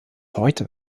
heute